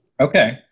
Okay